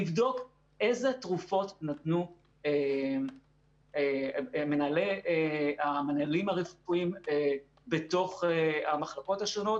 לבדוק אילו תרופות נתנו המנהלים הרפואיים בתוך המחלקות השונות.